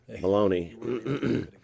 Maloney